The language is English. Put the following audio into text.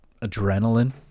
adrenaline